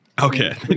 Okay